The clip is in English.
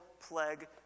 plague